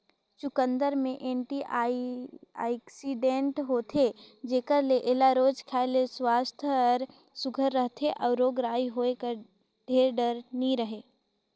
चुकंदर में एंटीआक्सीडेंट होथे जेकर ले एला रोज खाए ले सुवास्थ हर सुग्घर रहथे अउ रोग राई होए कर ढेर डर नी रहें